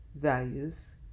values